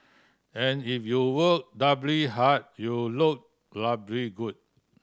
and if you work doubly hard you look doubly good